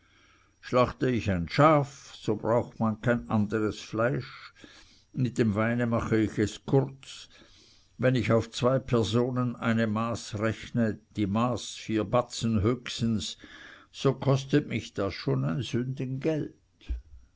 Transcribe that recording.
schlachte ich ein schaf so braucht man kein anderes fleisch mit dem weine mache ich es kurz wenn ich auf zwei personen eine maß rechne die maß vier batzen höchstens so kostet mich das schon ein